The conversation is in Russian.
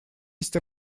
есть